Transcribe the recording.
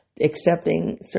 Accepting